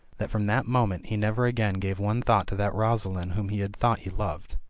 that from that moment he never again gave one thought to that rosaline whom he had thought he loved.